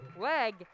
leg